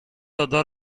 other